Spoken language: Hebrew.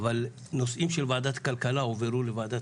אבל נושאים של ועדת כלכלה הועברו לוועדת